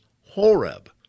Horeb